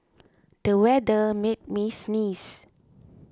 the weather made me sneeze